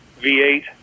V8